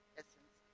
essence